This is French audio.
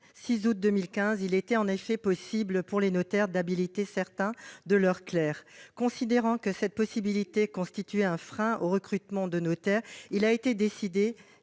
économiques, il était possible, pour les notaires, d'habiliter certains de leurs clercs. Considérant que cette possibilité constituait un frein au recrutement de notaires, il a été décidé